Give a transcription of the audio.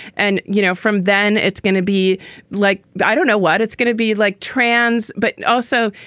and, you know, from then it's going to be like, i don't know what it's going to be like trans. but also,